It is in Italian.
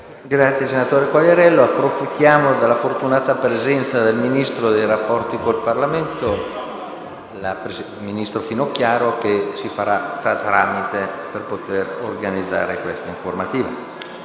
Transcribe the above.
Senatore Quagliariello, approfittiamo della fortunata presenza del ministro dei rapporti con il Parlamento, senatrice Finocchiaro, che farà da tramite per potere organizzare questa informativa.